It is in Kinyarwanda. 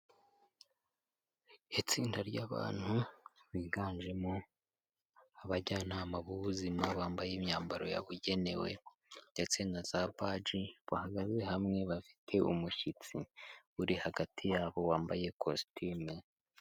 Itsinda ry'abantu biganjemo abajyanama b'ubuzima, bambaye imyambaro yabugenewe ndetse na za baji, bahagaze hamwe bafite umushyitsi uri hagati yabo wambaye kositimu.